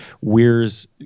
Weir's